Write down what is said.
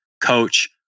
coach